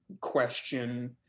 Question